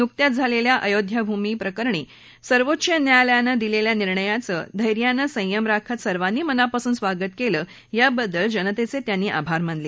नुकत्याच झालेल्या अय्योध्याभूमी प्रकरणी सर्वोच्च न्यायालयानं दिलेल्या निर्णयाचं धैर्यानं संयम राखत सर्वांनी मनापासून स्वागत केलं याबद्दल जनतेचे आभार मानले